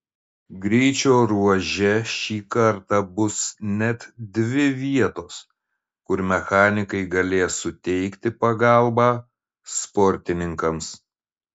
greičio ruože šį kartą bus net dvi vietos kur mechanikai galės suteikti pagalbą sportininkams